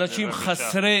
אנשים חסרי,